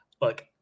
look